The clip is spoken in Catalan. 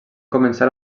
començar